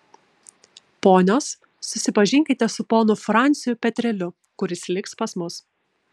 ponios susipažinkite su ponu franciu petreliu kuris liks pas mus